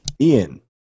Ian